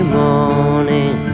morning